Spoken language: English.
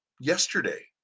yesterday